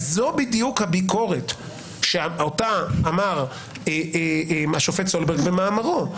וזאת בדיוק הביקורת שאותה אמר השופט סולברג במאמרו.